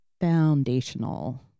foundational